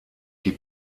die